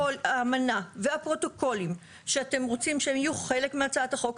האמנה והפרוטוקולים שאתם רוצים שהם יהיו חלק מהצעת החוק,